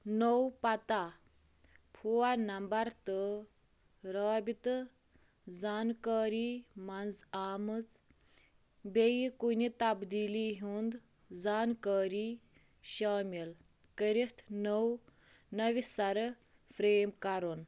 نوٚو پتہ phone number تہٕ رٲبطہٕ زانكٲری منٛز آمٕژ بیٚیہِ کُنہِ تبدیٖلی ہُنٛد زانٛکٲری شٲمل کَرِتھ نُوٚو نوِ سرٕ فرٛیم كرُن